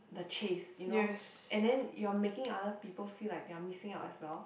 the chase you know and then you are making other people feel like they are missing out as well